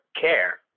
care